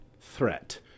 threat